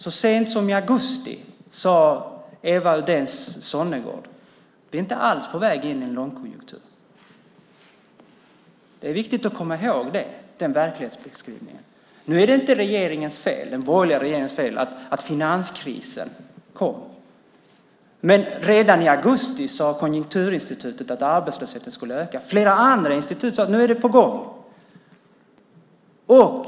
Så sent som i augusti sade Eva Uddén Sonnegårdh att vi inte alls är på väg in i en lågkonjunktur. Det är viktigt att komma ihåg den verklighetsbeskrivningen. Nu är det inte den borgerliga regeringens fel att finanskrisen kom, men redan i augusti sade Konjunkturinstitutet att arbetslösheten skulle öka. Flera andra institut sade att det var på gång.